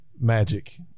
Magic